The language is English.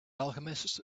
alchemists